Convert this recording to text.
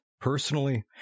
personally